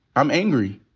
i'm angry.